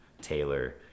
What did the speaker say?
Taylor